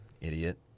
Idiot